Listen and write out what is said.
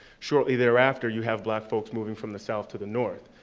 shortly thereafter, you have black folks moving from the south to the north.